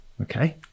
Okay